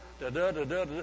Da-da-da-da-da